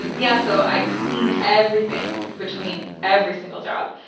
and yeah, so i clean everything between every single job.